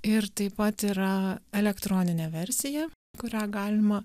ir taip pat yra elektroninė versija kurią galima